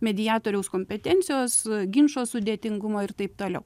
mediatoriaus kompetencijos ginčo sudėtingumo ir taip toliau